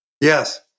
Yes